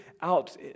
out